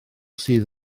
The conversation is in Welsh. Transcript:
sydd